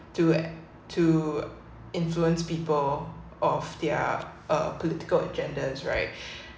to to influence people of their uh political uh political propaganda agendas right